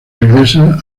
regresa